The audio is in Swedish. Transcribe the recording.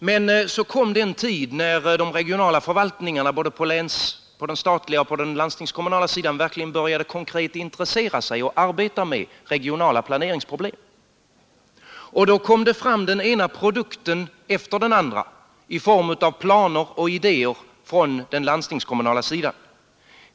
Men så kom den tid när de regionala förvaltningarna både på den statliga och på den landstingskommunala sidan verkligen började konkret intressera sig för och arbeta med regionala planeringsproblem, och då kom det fram den ena produkten efter den andra i form av planer och idéer från den : landstingskommunala sidan.